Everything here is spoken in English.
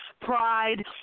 pride